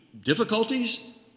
difficulties